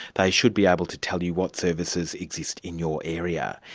they should be able to tell you what services exist in your area.